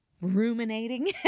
ruminating